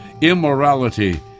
immorality